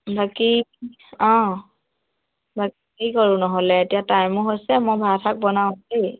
বাকী অঁ বাকী কি কৰোঁ নহ'লে এতিয়া টাইমো হৈছে মই ভাত চাত বনাওঁ দেই